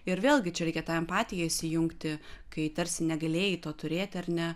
ir vėlgi čia reikia tą empatiją įsijungti kai tarsi negalėjai to turėti ar ne